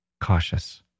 Cautious